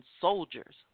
soldiers